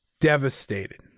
devastated